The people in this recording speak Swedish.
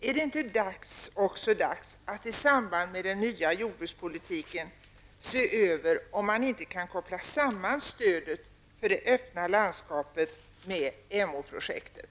Är det inte dags att, i samband med den nya jordbrukspolitiken, se över om man inte kan koppla samman stödet för det öppna landskapet med Emåprojektet?